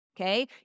okay